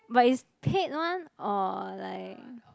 but is paid one or like